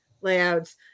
layouts